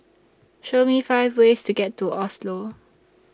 Show Me five ways to get to Oslo